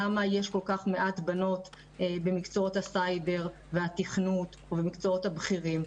למה יש כל כך מעט בנות במקצועות הסייבר והתכנות ובמקצועות הבכירים.